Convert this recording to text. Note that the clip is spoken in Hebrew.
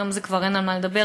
היום כבר אין על מה לדבר,